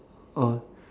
or